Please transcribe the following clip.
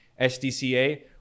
SDCA